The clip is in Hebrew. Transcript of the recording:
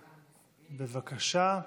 בבקשה.